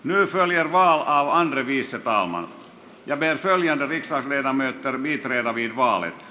myös välimaa on yli viisisataa omaan navettaan ja levinson vertaamme ei tarvita meillä viivalle